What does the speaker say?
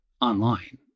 online